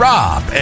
Rob